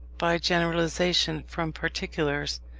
by generalization from particulars,